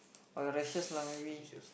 or rashes lah maybe